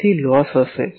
તેથી લોસ હશે